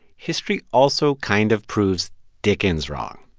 history also kind of proves dickens wrong,